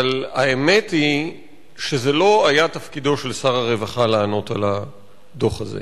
אבל האמת היא שזה לא היה תפקידו של שר הרווחה לענות על הדוח הזה.